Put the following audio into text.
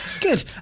Good